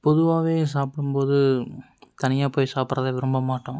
பொதுவாகவே சாப்பிடும்போது தனியாக போய் சாப்பிட்றத விரும்ப மாட்டோம்